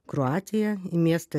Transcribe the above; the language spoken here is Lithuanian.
kroatiją į miestą